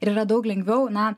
ir yra daug lengviau na